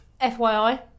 FYI